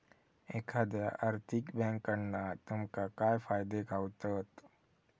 एखाद्या आर्थिक बँककडना तुमका काय फायदे गावतत?